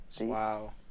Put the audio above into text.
Wow